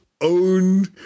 own